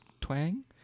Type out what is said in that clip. twang